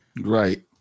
Right